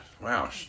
Wow